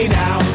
now